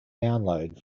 download